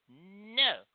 No